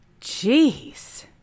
Jeez